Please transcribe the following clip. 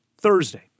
Thursday